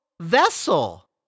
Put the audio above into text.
Vessel